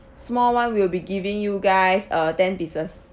small [one] we'll be giving you guys uh ten pieces